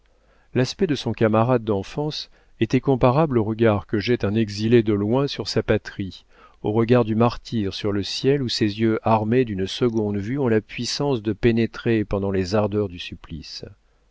l'aspect de son camarade d'enfance était comparable au regard que jette un exilé de loin sur sa patrie au regard du martyr sur le ciel où ses yeux armés d'une seconde vue ont la puissance de pénétrer pendant les ardeurs du supplice